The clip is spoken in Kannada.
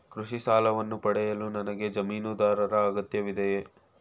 ಕೃಷಿ ಸಾಲವನ್ನು ಪಡೆಯಲು ನನಗೆ ಜಮೀನುದಾರರ ಅಗತ್ಯವಿದೆಯೇ?